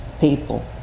people